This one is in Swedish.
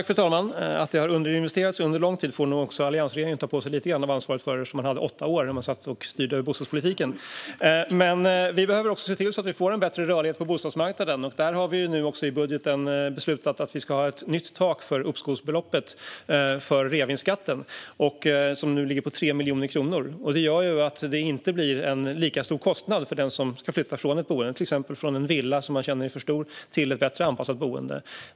Fru talman! Att det har underinvesterats under lång tid får nog också alliansregeringen ta på sig lite grann av ansvaret för eftersom man under åtta år styrde bostadspolitiken. Men vi behöver se till att vi får en bättre rörlighet på bostadsmarknaden. Vi har också i budgeten beslutat att vi ska ha ett nytt tak för uppskovsbeloppet för reavinstskatten, som nu ligger på 3 miljoner kronor. Detta gör att det inte blir en lika stor kostnad för den som ska flytta från ett boende, till exempel från en villa som man känner är för stor till ett bättre anpassat boende.